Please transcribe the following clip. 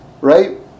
right